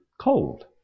cold